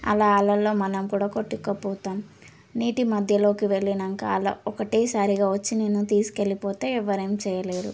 అలా అలల్లో మనం కూడా కొట్టుకుపోతాం నీటి మధ్యలోకి వెళ్ళినాకా అల ఒక్కటేసారిగా వచ్చి నిన్ను తీసుకెళ్ళిపోతే ఎవరేం చేయలేరు